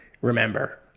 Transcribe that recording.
remember